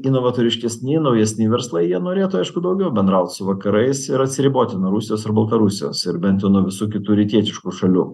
inovatoriškesni naujesni verslai jie norėtų aišku daugiau bendraut su vakarais ir atsiriboti nuo rusijos ir baltarusijos ir bent jau nuo visų kitų rytietiškų šalių